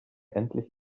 endlich